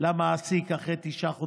למעסיק אחרי תשעה חודשים.